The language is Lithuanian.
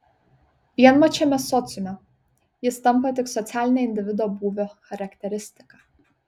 vienmačiame sociume jis tampa tik socialine individo būvio charakteristika